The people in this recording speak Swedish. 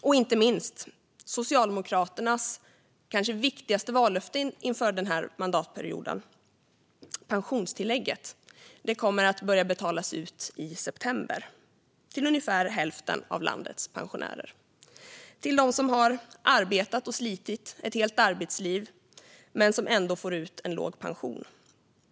Och inte minst infrias Socialdemokraternas kanske viktigaste vallöfte inför denna mandatperiod: Pensionstillägget kommer att börja betalas ut i september till ungefär hälften av landets pensionärer. Det går till dem som har arbetat och slitit ett helt arbetsliv men ändå får ut en låg pension.